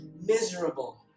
miserable